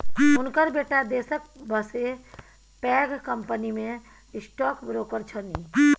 हुनकर बेटा देशक बसे पैघ कंपनीमे स्टॉक ब्रोकर छनि